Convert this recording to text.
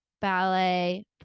ballet